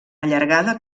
allargada